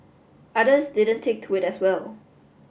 others didn't take to it as well